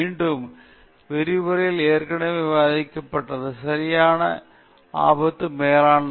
மீண்டும் இந்த விரிவுரையில் ஏற்கனவே விவாதிக்கப்பட்ட சரியான ஆபத்து மேலாண்மை